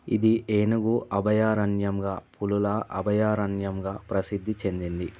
ఇది ఏనుగు అభయారణ్యంగా పులుల అభయారణ్యంగా ప్రసిద్ధి చెందింది